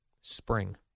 Spring